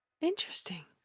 Interesting